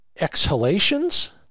exhalations